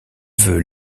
veut